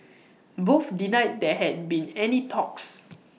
both denied there had been any talks